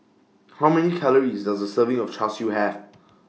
How Many Calories Does A Serving of Char Siu Have